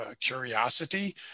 curiosity